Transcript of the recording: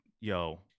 yo